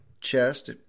chest